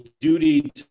duty